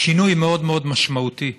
שינוי מאוד מאוד משמעותי.